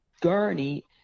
gurney